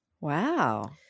Wow